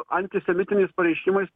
antisemitiniais pareiškimais